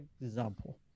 example